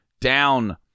down